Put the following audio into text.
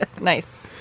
Nice